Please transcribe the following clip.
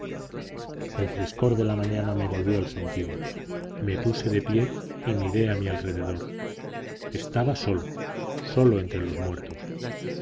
el fresco de la mañana me volvió el sentido me puse de pie y miré a mi alrededor estaba solo solo entre los muertos